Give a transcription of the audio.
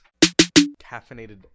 Caffeinated